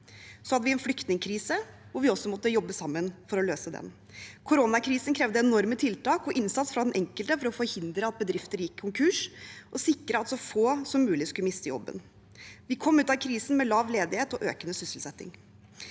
Vi hadde en flyktningkrise som vi også måtte jobbe sammen for å løse. Koronakrisen krevde enorme tiltak og innsats fra den enkelte for å forhindre at bedrifter gikk konkurs og sikre at så få som mulig skulle miste jobben. Vi kom ut av krisen med lav ledighet og økende sysselsetting.